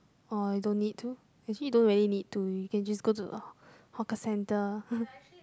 or you don't need to actually you don't really need to you can just go to a hawker centre